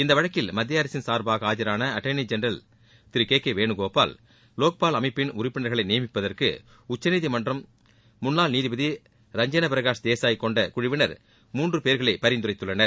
இந்த வழக்கில் மத்திய அரசின் சார்பாக ஆஜான attorney general K K Venugopal Lokpal அமைப்பின் உறுப்பினர்களை நியமிப்பதற்கு உச்சநீதிமன்றம் முன்னாள் நீதிபதி ரஞ்சன பிரகாஷ் தேசாய் கொண்ட குழுவினர் மூன்று பேர்களை பரிந்துரைத்துள்ளனர்